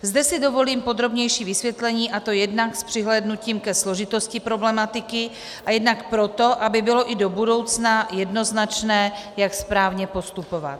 Zde si dovolím podrobnější vysvětlení, a to jednak s přihlédnutím ke složitosti problematiky a jednak proto, aby bylo i do budoucna jednoznačné, jak správně postupovat.